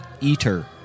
Eater